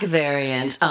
variant